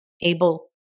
able